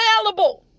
available